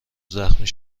زخمی